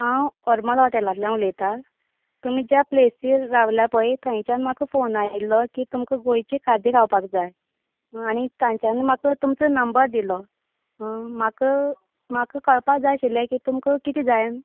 हांव परमल हॉटॅलांतल्यान उलयता तुमी ज्या प्लेसीर रावला पळय थंयच्यान म्हाका फोन आयिल्लो की तुमकां गोंयची खादी खावपाक जाय आनी तांच्यानी म्हाका तुमचो नंबर दिलो माकं म्हाका कळपाक जाय आशिल्लें की तुमकां किदें जाय